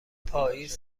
پاییز